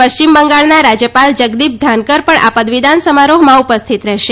પશ્ચિમ બંગાળના રાજ્યપાલ જગદીપ ધાનકર પણ આ પદવીદાન સમારોહમાં ઉપસ્થિત રહેશે